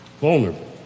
vulnerable